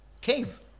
cave